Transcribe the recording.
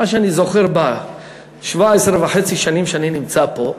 מה שאני זוכר ב-17 שנים וחצי שאני נמצא פה,